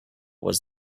was